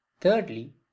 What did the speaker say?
Thirdly